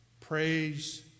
praise